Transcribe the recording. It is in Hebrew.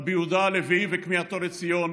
רבי יהודה הלוי וכמיהתו לציון,